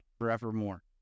forevermore